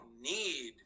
need